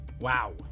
Wow